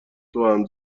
توام